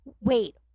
wait